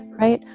right.